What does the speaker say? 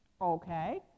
Okay